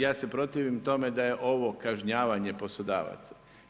Ja se protiv tome da je ovo kažnjavanje poslodavaca.